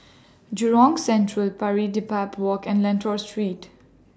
Jurong Central Pari Dedap Walk and Lentor Street